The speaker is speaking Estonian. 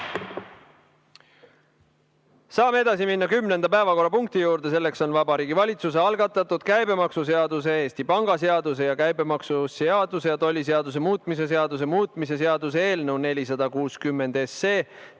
Saame edasi minna kümnenda päevakorrapunkti juurde. See on Vabariigi Valitsuse algatatud käibemaksuseaduse, Eesti Panga seaduse ning käibemaksuseaduse ja tolliseaduse muutmise seaduse muutmise seaduse eelnõu 460 teine